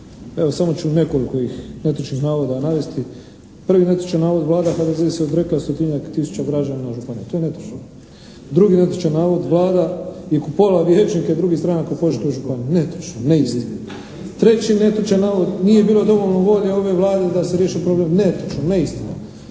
Evo samo ću nekoliko ih netočnih navoda navesti. Prvi netočan navod, Vlada HDZ se odrekla stotinjak tisuća građana županije. To je netočno. Drugi netočan navod, Vlada je kupovala vijećnike drugih stranaka u Požeškoj županiji. Netočno, neistinito. Treći netočan navod, nije bilo dovoljno volje ove Vlade da se riješi problem. Netočno, neistina.